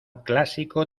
clásico